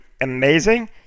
amazing